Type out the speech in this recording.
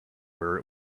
where